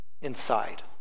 inside